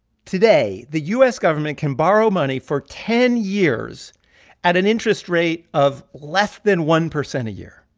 today, the u s. government can borrow money for ten years at an interest rate of less than one percent a year.